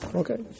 okay